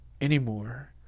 anymore